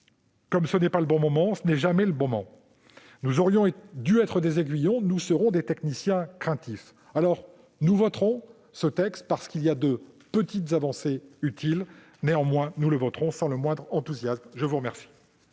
Comme ce n'est pas le bon moment, ce n'est jamais le moment ! Nous aurions pu être des aiguillons ; nous serons des techniciens craintifs. Nous voterons ce texte, parce qu'il contient de petites avancées utiles, mais nous le ferons sans le moindre enthousiasme. La parole